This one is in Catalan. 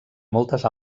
moltes